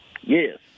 Yes